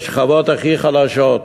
בשכבות הכי חלשות,